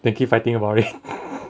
then keep fighting about it